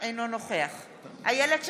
אינו נוכח איילת שקד,